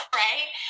right